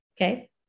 Okay